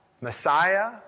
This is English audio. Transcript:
Messiah